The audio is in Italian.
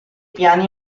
piani